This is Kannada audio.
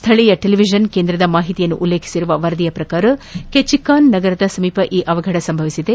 ಸ್ದಳೀಯ ಟೆಲಿವಿಷನ್ ಕೇಂದ್ರದ ಮಾಹಿತಿಯನ್ನು ಉಲ್ಲೇಖಿಸಿರುವ ವರದಿಯ ಪ್ರಕಾರ ಕೆಚಿಕಾನ್ ನಗರದ ಸಮೀಪ ಈ ಅವಘಡ ಸಂಭವಿಸಿದೆ